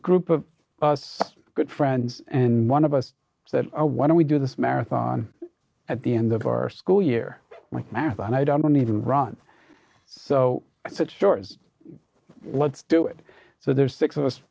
group of us good friends and one of us said why don't we do this marathon at the end of our school year like marathon i don't even run so i said shores let's do it so there's six of us